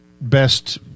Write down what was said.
best